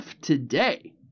Today